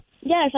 Yes